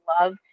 love